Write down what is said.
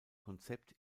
konzept